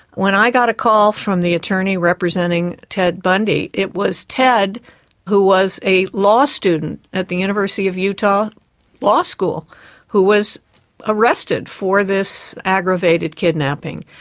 when i got a call from the attorney representing ted bundy, it was ted who was a law student at the university of utah law school who was arrested for this aggravated kidnapping.